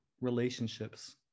relationships